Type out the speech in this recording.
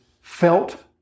felt